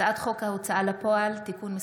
הצעת חוק ההוצאה לפועל (תיקון מס'